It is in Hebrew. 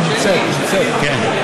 נמצאת, נמצאת.